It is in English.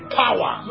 power